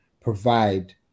provide